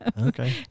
Okay